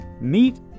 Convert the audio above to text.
meet